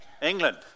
England